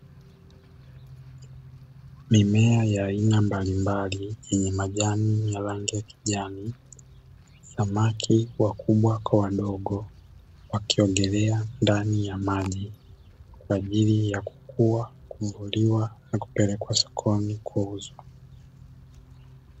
Mimea ya aina mbalimbali yenye majani ya rangi ya kijani, samaki wakubwa kwa wadogo wakiogelea ndani ya maji kwa ajili ya kukua, kuvuliwa na kupelekwa sokoni kuuzwa.